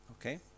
Okay